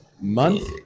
month